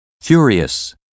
furious